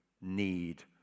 need